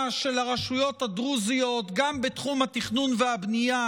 של הרשויות הדרוזיות גם בתחום התכנון והבנייה,